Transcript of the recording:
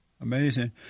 Amazing